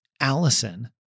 Allison